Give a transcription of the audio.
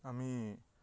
আমি